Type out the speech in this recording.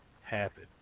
happen